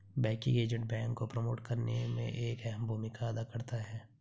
banking agent bank को promote करने में एक अहम भूमिका अदा करता है